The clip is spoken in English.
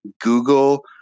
Google